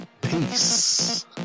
Peace